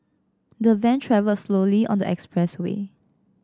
the van travelled slowly on the expressway